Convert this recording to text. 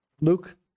Luke